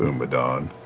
umadon?